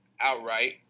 outright